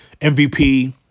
MVP